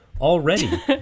already